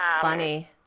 funny